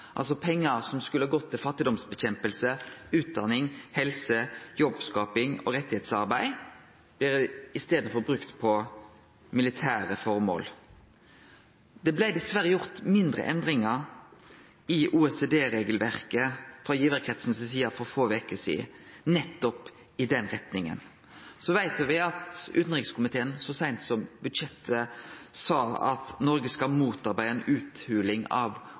pengar frå bistandsrammer – pengar som skulle ha gått til kamp mot fattigdom, utdanning, helse, jobbskaping og arbeid for rettar i staden for å bli brukt på militære formål. Det blei dessverre gjort mindre endringar i OECD-regelverket frå givarkretsen si side for få veker sidan nettopp i den retninga. Så veit me at utanrikskomiteen så seint som